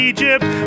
Egypt